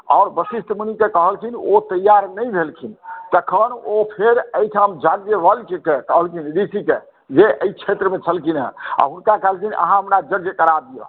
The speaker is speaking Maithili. और वशिष्ठ मुनिकेॅं कहलखिन ओ तैयार नहि भेलखिन तखन ओ फेर एहिठाम याज्ञवल्क्यके कहलखिन ऋषिके जे एहि क्षेत्र मे छलखिन हें हुनका कहलखिन हमरा यज्ञ करा दिअ